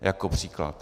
Jako příklad.